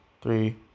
three